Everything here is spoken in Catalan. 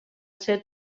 ser